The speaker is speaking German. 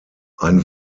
ein